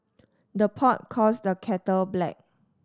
the pot calls the kettle black